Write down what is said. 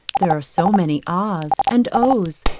there are so many ahs! and ohs!